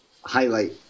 highlight